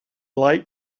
like